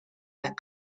that